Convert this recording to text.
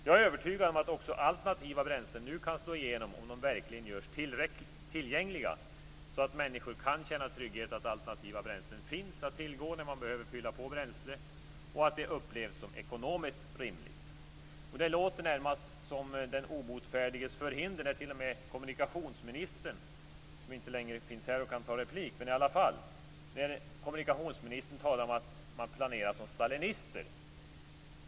Jag är övertygad om att också alternativa bränslen nu kan slå igenom om de verkligen görs tillgängliga, så att människor kan känna trygghet att alternativa bränslen finns att tillgå när man behöver fylla på bränsle, och om det upplevs som ekonomiskt rimligt. Det låter närmast som den obotfärdiges förhinder när t.o.m. kommunikationsministern, som inte längre finns i kammaren och kan ta replik, talar om att man planerar som stalinister.